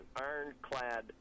ironclad